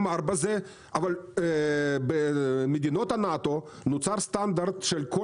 אבל במדינות הנאט"ו נוצר סטנדרט של כל